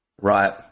Right